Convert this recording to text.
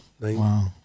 Wow